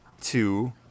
two